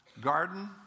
Garden